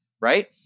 right